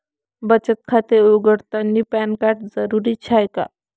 बचत खाते उघडतानी पॅन कार्ड जरुरीच हाय का?